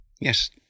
Yes